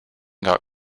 got